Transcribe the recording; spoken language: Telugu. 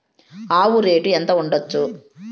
ఆవు రేటు ఎంత ఉండచ్చు?